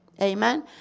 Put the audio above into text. Amen